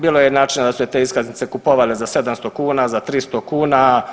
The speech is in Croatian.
Bilo je i načina da su se te iskaznice kupovale za 700 kuna, za 300 kuna.